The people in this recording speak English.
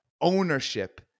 ownership